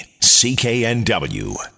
CKNW